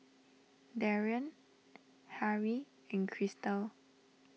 Darrien Harrie and Cristal